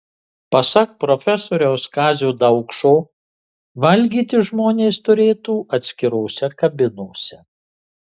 pasak profesoriaus kazio daukšo valgyti žmonės turėtų atskirose kabinose